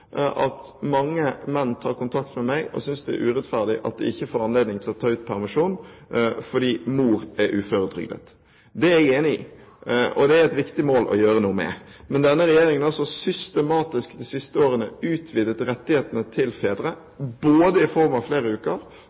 at mange menn tar kontakt med meg og synes det er urettferdig at de ikke får anledning til å ta ut permisjon fordi mor er uføretrygdet. Det er jeg enig i, og det er et viktig mål å gjøre noe med. Men denne regjeringen har de siste årene systematisk utvidet rettighetene til fedre, både i form av flere uker